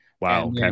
Wow